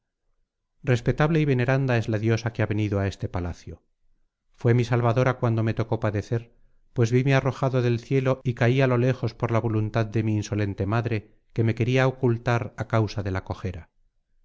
respetable y veneranda es la diosa que ha venido á este palacio fué mi salvadora cuando me tocó padecer pues vime arrojado del cielo y caí á lo lejos por la voluntad de mi insolente madre que me quería ocultar á causa de la cojera